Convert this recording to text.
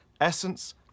Essence